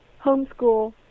homeschool